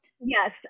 Yes